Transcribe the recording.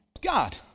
God